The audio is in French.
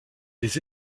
des